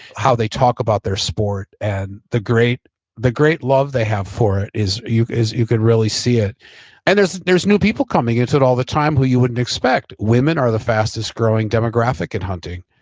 how they talk about their support and the the great love they have for it, is you is you can really see it and there's there's new people coming into it all the time who you wouldn't expect. women are the fastest growing demographic at hunting.